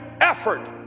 effort